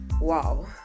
wow